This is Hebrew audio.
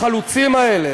החלוצים האלה